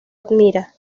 admira